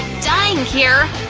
dying here!